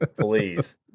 Please